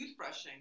Toothbrushing